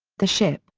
the ship,